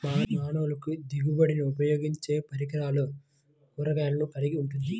మానవులకుదిగుబడినిఉపయోగించేపలురకాల కూరగాయలను కలిగి ఉంటుంది